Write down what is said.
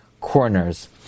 corners